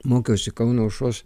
mokiausi kauno aušros